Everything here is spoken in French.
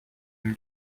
une